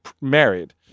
married